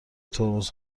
ترمز